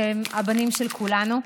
שהם הבנים של כולנו.